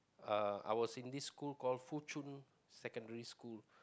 uh I was in this school called Fuchun Secondary School